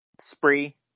spree